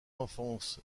enfance